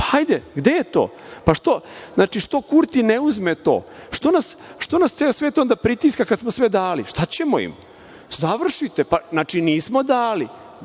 nek uzmu, gde je to? Što Kurti ne uzme to? Što nas ceo svet onda pritiska kad smo sve dali? Šta ćemo im? Završite, pa… Znači, nismo dali.